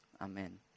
amen